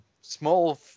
small